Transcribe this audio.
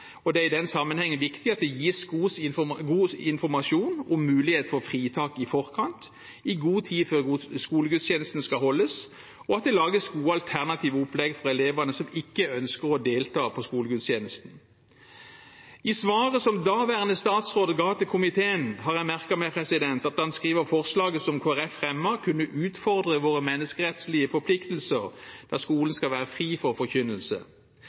og det er i den sammenheng viktig at det gis god informasjon om mulighet for fritak i forkant, i god tid før skolegudstjenesten skal holdes, og at det lages gode alternative opplegg for elever som ikke ønsker å delta på skolegudstjenesten. I svaret som daværende statsråd ga til komiteen, har jeg merket meg at han skriver at forslaget som Kristelig Folkeparti fremmer, kan utfordre våre menneskerettslige forpliktelser, da skolen skal være fri for forkynnelse.